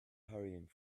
hurrying